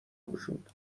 گشود